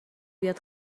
بیاد